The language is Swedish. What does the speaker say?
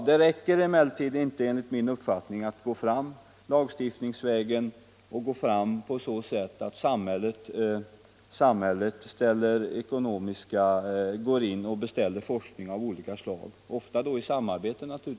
Det räcker emellertid inte, enligt min uppfattning, att gå fram lagstiftningsvägen och att låta samhället i samarbete med löntagare och arbetsgivare beställa forskning av olika slag.